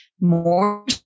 more